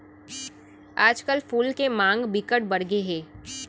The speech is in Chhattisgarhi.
आजकल फूल के मांग बिकट बड़ गे हे